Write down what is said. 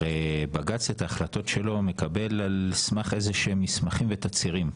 הרי בג"צ את ההחלטות שלו מקבל על סמך איזה שהם מסמכים ותצהירים,